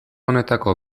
honetako